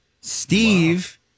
Steve